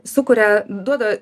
sukuria duoda